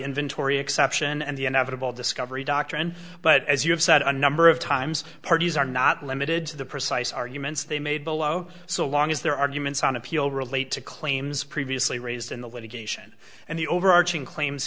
inventory exception and the inevitable discovery doctrine but as you have said a number of times parties are not limited to the precise arguments they made below so long as their arguments on appeal relate to claims previously raised in the litigation and the overarching claims